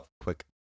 quick